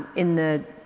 in the,